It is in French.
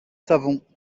savon